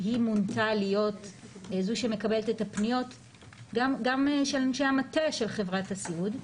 שהיא מונתה להיות זו שמקבלת את הפניות גם של אנשי המטה של חברת הסיעוד,